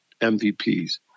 MVPs